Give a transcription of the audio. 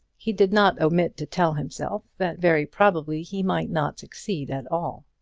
he did not omit to tell himself that very probably he might not succeed at all.